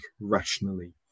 rationally